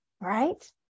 right